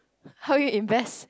help you invest